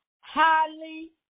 highly